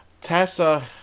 Tessa